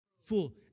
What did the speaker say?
full